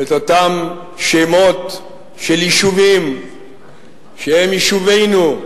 את אותם שמות של יישובים שהם יישובינו,